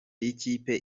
y’ikipe